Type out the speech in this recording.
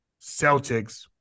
Celtics